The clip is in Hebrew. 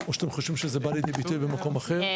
או שאתם חושבים שזה בא לידי ביטוי במקום אחר?